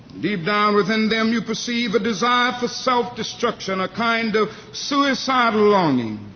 deep down within them, you perceive a desire for self-destruction, a kind of suicidal longing.